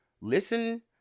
Listen